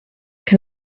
can